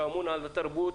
שאמון על התרבות,